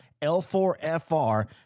L4FR